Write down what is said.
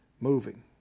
moving